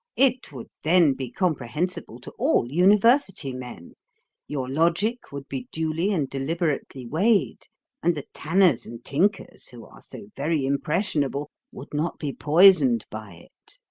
it would then be comprehensible to all university men your logic would be duly and deliberately weighed and the tanners and tinkers, who are so very impressionable, would not be poisoned by it.